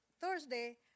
Thursday